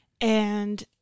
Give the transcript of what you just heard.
and-